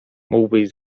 mógłbyś